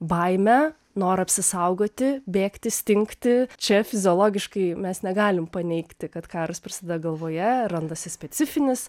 baimę norą apsisaugoti bėgti stingti čia fiziologiškai mes negalim paneigti kad karas prasideda galvoje randasi specifinis